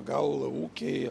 gal ūkiai